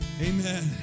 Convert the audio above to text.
Amen